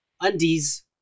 undies